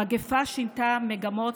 המגפה שינתה מגמות,